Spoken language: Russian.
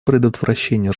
предотвращению